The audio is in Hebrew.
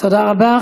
תודה רבה,